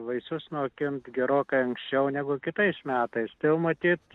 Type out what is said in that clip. vaisius nokint gerokai anksčiau negu kitais metais tai jau matyt